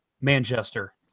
Manchester